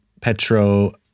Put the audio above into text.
Petro